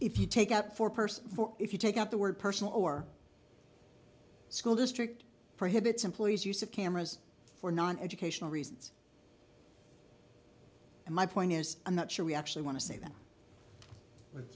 if you take out for purse for if you take out the word personal or school district prohibits employees use of cameras for non educational reasons and my point is i'm not sure we actually want to say th